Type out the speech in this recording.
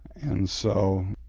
and so.